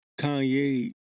Kanye